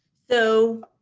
so,